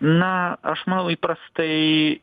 na aš manau įprastai